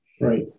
Right